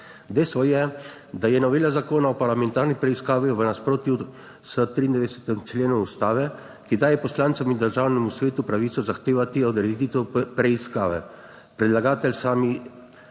Dejstvo je, da je novela Zakona o parlamentarni preiskavi v nasprotju s 23. členom Ustave, ki daje poslancem in Državnemu svetu pravico zahtevati odreditev preiskave. Predlagatelji